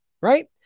Right